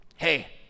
hey